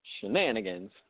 Shenanigans